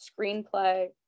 screenplay